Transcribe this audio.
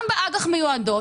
גם באג"ח מיועדות